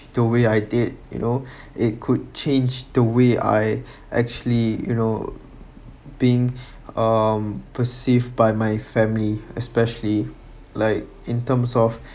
the way I did you know it could change the way I actually you know being um perceived by my family especially like in terms of